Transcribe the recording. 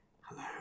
hello